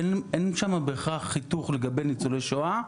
אין שם בהכרח חיתוך לגבי ניצולי שואה.